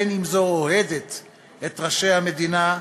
בין שזו אוהדת את ראשי המדינה,